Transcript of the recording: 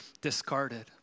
discarded